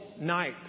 night